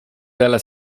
della